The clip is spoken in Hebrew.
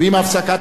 תודה רבה.